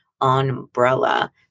umbrella